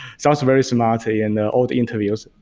sounds very smarty in old interviews.